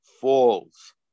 falls